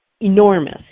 enormous